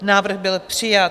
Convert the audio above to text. Návrh byl přijat.